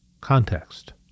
Context